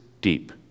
deep